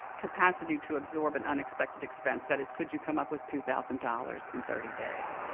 capacity to absorb an unexpected expense, that is, could you come up with two thousand dollars in thirty days.